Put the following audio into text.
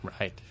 Right